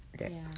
ya